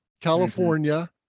California